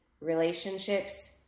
relationships